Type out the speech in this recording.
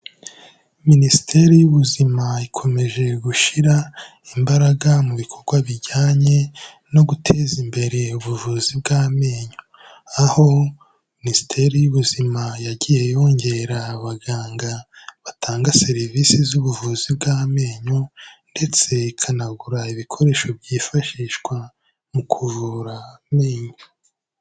Minisiteri y'Ubuzima ikomeje gushyira imbaraga mu bikorwa bijyanye no guteza imbere ubuvuzi bw'amenyo, aho Minisiteri y'Ubuzima yagiye yongera abaganga batanga serivisi z'ubuvuzi bw'amenyo ndetse ikanagura ibikoresho byifashishwa mu kuvura amenyo.